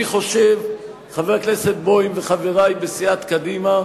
אני חושב, חבר הכנסת בוים וחברי בסיעת קדימה,